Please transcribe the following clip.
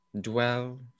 dwell